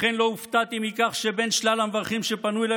לכן לא הופתעתי מכך שבין שלל המברכים שפנו אליי